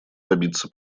добиться